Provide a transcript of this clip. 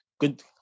good